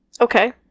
Okay